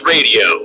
Radio